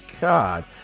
god